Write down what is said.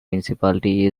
municipality